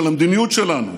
של המדיניות שלנו,